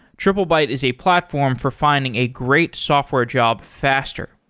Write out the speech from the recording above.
triplebyte is a platform for finding a great software job faster.